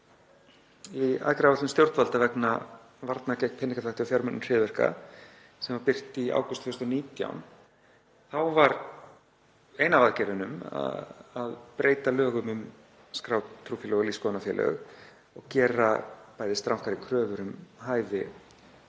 Í aðgerðaáætlun stjórnvalda vegna varna gegn peningaþvætti og fjármögnun hryðjuverka, sem var birt í ágúst 2019, þá var ein af aðgerðunum að breyta lögum um skráð trúfélög og lífsskoðunarfélög og gera bæði strangari kröfur um hæfi